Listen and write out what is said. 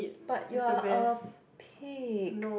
but you're a pig